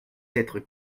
sept